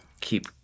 keep